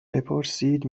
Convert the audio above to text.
بپرسید